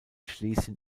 schlesien